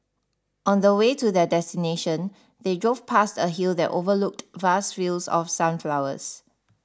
on the way to their destination they drove past a hill that overlooked vast fields of sunflowers